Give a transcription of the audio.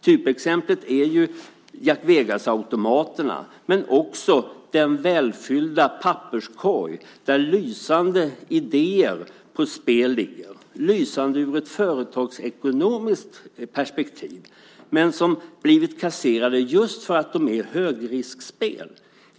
Typexemplet är Jack Vegas-automaterna men också den välfyllda papperskorg där lysande idéer om spel ligger - lysande idéer i ett företagsekonomiskt perspektiv men som blivit kasserade just därför att det är högriskspel.